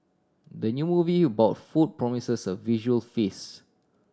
the new movie about food promises a visual feast